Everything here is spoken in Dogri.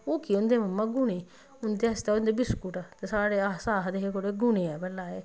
ओह् केह् होंदे मम्मां गुने उं'दे आस्तै ओह् होंदे बिस्कुट ते अस आखदे हे गुने